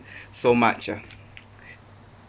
so much ah